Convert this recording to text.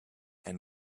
and